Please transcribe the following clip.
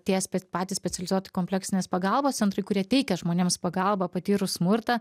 ties patys specializuoti kompleksinės pagalbos centrai kurie teikia žmonėms pagalbą patyrus smurtą